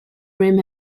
rim